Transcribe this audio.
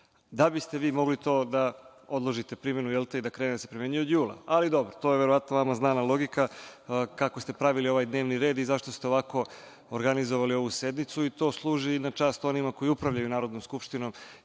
da biste vi mogli da odložite primenu i da krene da se primenjuje od jula. To je, verovatno, vama znana logika kako ste pravili ovaj dnevni red i zašto ste ovako organizovali ovu sednicu. To služi i na čast onima koji upravljaju Narodnom skupštinom.